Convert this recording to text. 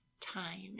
time